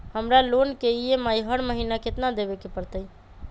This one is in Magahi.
हमरा लोन के ई.एम.आई हर महिना केतना देबे के परतई?